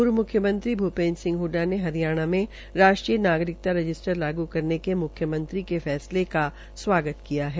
पूर्व मुख्यमंत्री भूपेन्द्र सिंह हडडा ने हरियाणा में राष्ट्रीय नागरिकता रजिस्टर लागू करने के म्ख्यमंत्री के फैसले का स्वागत किया है